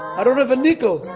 i don't have a nickel.